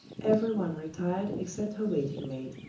every one retired except her waiting maid,